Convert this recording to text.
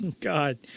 God